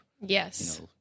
Yes